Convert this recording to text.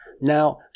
Now